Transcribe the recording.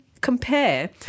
compare